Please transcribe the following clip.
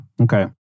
okay